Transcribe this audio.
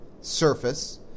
surface